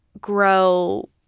grow